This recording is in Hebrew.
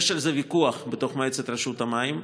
יש על זה ויכוח במועצת רשות המים,